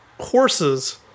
horses